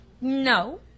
No